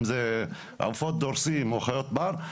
אם זה עופות דורסים או חיות בר.